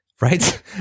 Right